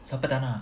siapa tak nak